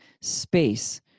space